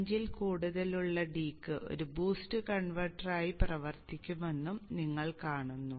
5 ൽ കൂടുതലുള്ള d യ്ക്ക് ഒരു ബൂസ്റ്റ് കൺവെർട്ടറായി പ്രവർത്തിക്കുമെന്നും നിങ്ങൾ കാണുന്നു